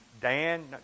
Dan